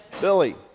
Billy